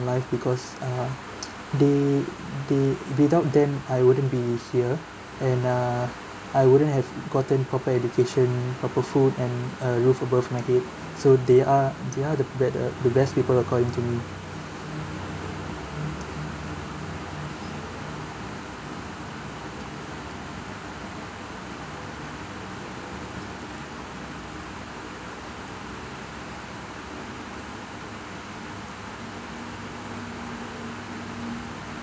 life because uh they they without them I wouldn't be here and err I wouldn't have gotten proper education proper food and a roof above my head so they are they are the people uh the best people according to me